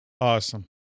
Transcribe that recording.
Awesome